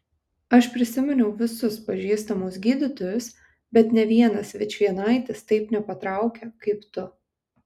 aš prisiminiau visus pažįstamus gydytojus bet nė vienas vičvienaitis taip nepatraukia kaip tu